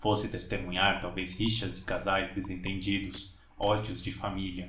fosse testemunhar talvez rixas de casais desentendidos ódios de família